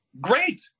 Great